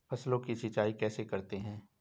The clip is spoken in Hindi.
फसलों की सिंचाई कैसे करते हैं?